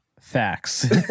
Facts